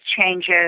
changes